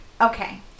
Okay